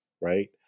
right